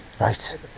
right